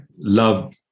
Love